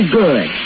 good